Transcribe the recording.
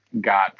got